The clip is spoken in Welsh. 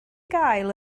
gael